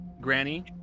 Granny